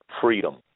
freedom